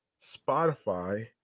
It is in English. Spotify